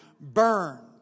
burned